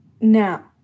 Now